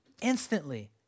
instantly